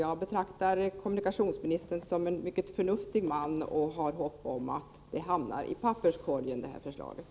Jag betraktar kommunikationsministern som en mycket förnuftig man, och jag har hopp om att det här förslaget hamnar i papperskorgen.